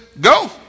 go